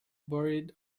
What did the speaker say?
buried